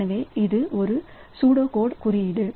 எனவே இது ஒரு சுடோகோட் குறியீடு